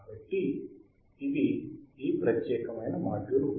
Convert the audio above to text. కాబట్టి ఇది ఈ ప్రత్యేకమైన మాడ్యూల్ గురించి